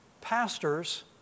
pastors